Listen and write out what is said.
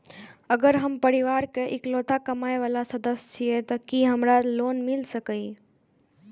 अगर हम परिवार के इकलौता कमाय वाला सदस्य छियै त की हमरा लोन मिल सकीए?